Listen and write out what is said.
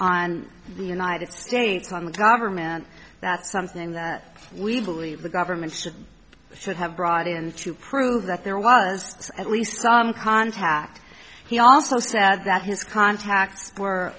on the united states government that's something that we believe the government should should have brought in to prove that there was at least some contact he also said that his contacts were